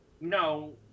No